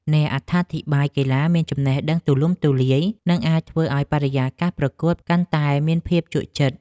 អ្នកអត្ថាធិប្បាយកីឡាមានចំណេះដឹងទូលំទូលាយ និងអាចធ្វើឱ្យបរិយាកាសប្រកួតកាន់តែមានភាពជក់ចិត្ត។